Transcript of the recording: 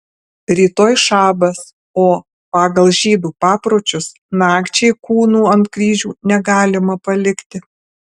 rytoj šabas o pagal žydų papročius nakčiai kūnų ant kryžių negalima palikti